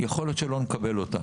יכול להיות שלא נקבל אותה.